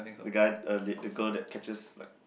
the guy uh led the girl that catches like